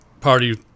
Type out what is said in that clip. party